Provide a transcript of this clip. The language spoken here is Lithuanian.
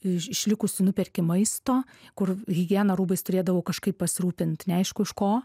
iš išlikusių nuperki maisto kur higiena rūbais turėdavau kažkaip pasirūpint neaišku iš ko